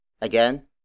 Again